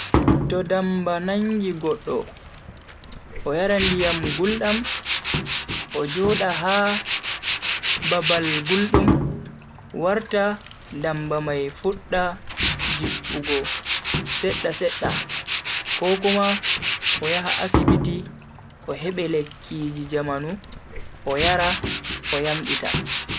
To ndamba nangi goddo, o yara ndiyam guldam o joda ha babal guldum wartan ndamba mai fudda jippugo sedda sedda ko Kuma o yaha asibiti o hebe lekkiji jamanu o yara o yamditan.